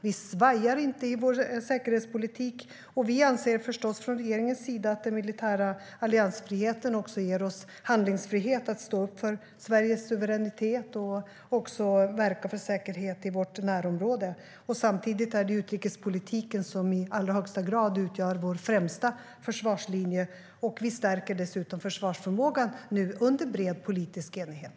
Vi svajar inte i vår säkerhetspolitik, och vi anser förstås från regeringens sida att den militära alliansfriheten också ger oss handlingsfrihet att stå upp för Sveriges suveränitet och verka för säkerhet i vårt närområde. Samtidigt är det utrikespolitiken som i allra högsta grad utgör vår främsta försvarslinje. Vi stärker dessutom försvarsförmågan nu, under bred politisk enighet.